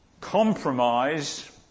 Compromise